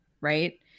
Right